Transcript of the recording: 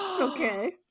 okay